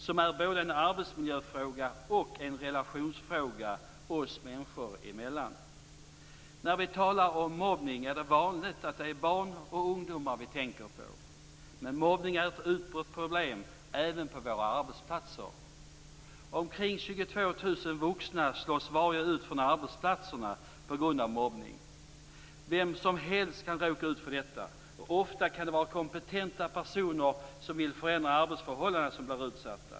Det är både en arbetsmiljöfråga och en relationsfråga oss människor emellan. När vi talar om mobbning är det vanligt att det är barn och ungdomar vi tänker på. Men mobbning är ett utbrett problem även på våra arbetsplatser. Omkring 22 000 vuxna slås varje år ut från arbetsplatserna på grund av mobbning. Vem som helst kan råka ut för detta, och ofta kan det vara kompetenta personer som vill förändra arbetsförhållanden som blir utsatta.